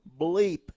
bleep